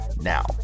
Now